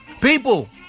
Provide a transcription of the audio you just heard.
people